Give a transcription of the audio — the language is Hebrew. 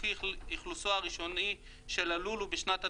וכי אכלוסו הראשוני של הלול הוא בשנת התכנון.